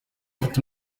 afite